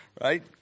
right